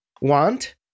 want